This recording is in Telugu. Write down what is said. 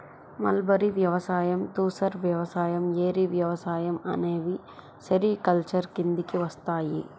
మల్బరీ వ్యవసాయం, తుసర్ వ్యవసాయం, ఏరి వ్యవసాయం అనేవి సెరికల్చర్ కిందికి వస్తాయి